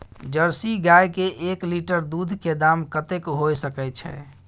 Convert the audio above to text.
Jersey गाय के एक लीटर दूध के दाम कतेक होय सके छै?